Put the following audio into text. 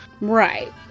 Right